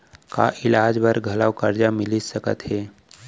का इलाज बर घलव करजा मिलिस सकत हे?